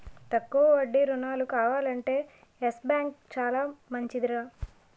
తక్కువ వడ్డీ రుణాలు కావాలంటే యెస్ బాంకు చాలా మంచిదిరా